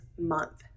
month